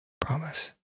Promise